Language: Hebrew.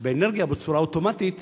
באנרגיה בצורה אוטומטית,